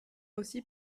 aussi